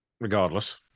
Regardless